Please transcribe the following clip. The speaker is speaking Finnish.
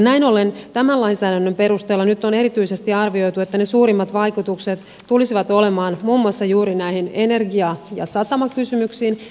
näin ollen tämän lainsäädännön perusteella nyt on erityisesti arvioitu että ne suurimmat vaikutukset tulisivat olemaan muun muassa juuri näihin energia ja satamakysymyksiin